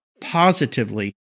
positively